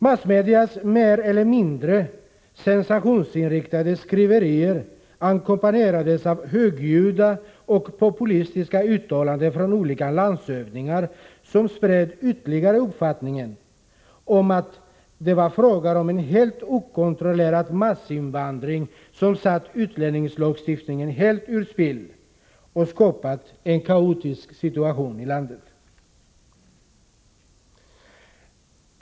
Massmedias mer eller mindre sensationsinriktade skriverier ackompanjerades av högljudda och populistiska uttalanden från olika landshövdingar, som ytterligare spred uppfattningen att det var fråga om en okontrollerad massinvandring, som satt utlänningslagstiftningen helt ur spel och skapat en kaotisk situation i landet.